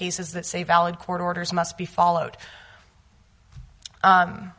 cases that say valid court orders must be followed